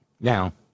Now